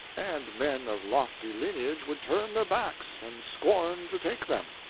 and men of lofty lineage would turn their backs and scorn to take them.